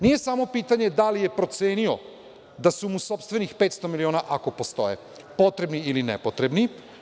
Nije samo pitanje da li je procenio da su mu sopstvenih 500 miliona, ako postoje, potrebni ili ne.